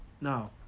Now